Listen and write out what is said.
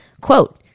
Quote